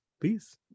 Peace